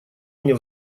мне